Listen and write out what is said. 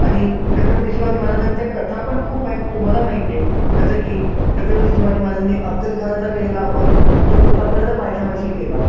आणि छत्रपती शिवाजी महाराजांच्या कथा पण खूप आहेत तुम्हालाही माहिती आहे जसं की छत्रपती शिवाजी महाराजांनी अफजलखानाचा केलेला वध जो प्रतापगडाच्या पायथ्यापाशी केला